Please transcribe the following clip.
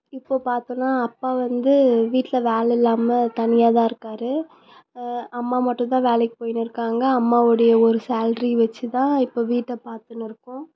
இப்போ பார்த்தோன்னா அப்பா வந்து வீட்டில் வேலை இல்லாமல் தனியாக தான் இருக்கார் அம்மா மட்டுந்தான் வேலைக்கு போய்ன்னு இருக்காங்க அம்மாவுடைய ஒரு சேல்ரி வெச்சி தான் இப்போ வீட்டை பார்த்துன்னு இருக்கோம்